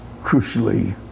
crucially